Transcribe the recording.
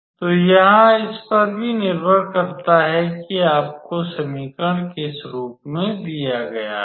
तो यहाँ यह इस पर भी निर्भर करता है कि आपको समीकरण किस रूप में दिया गया है